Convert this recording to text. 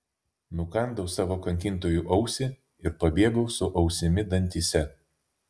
nukandau savo kankintojui ausį ir pabėgau su ausimi dantyse